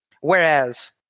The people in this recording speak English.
whereas